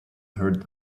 heard